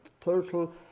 total